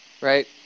Right